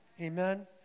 Amen